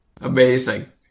Amazing